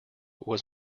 was